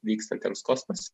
vykstantiems kosmose